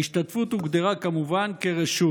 ההשתתפות הוגדרה כמובן כרשות,